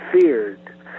feared